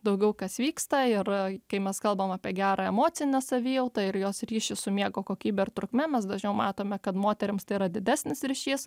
daugiau kas vyksta ir kai mes kalbam apie gerą emocinę savijautą ir jos ryšį su miego kokybe ir trukme mes dažniau matome kad moterims tai yra didesnis ryšys